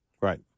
right